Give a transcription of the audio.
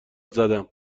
زدم